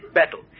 battle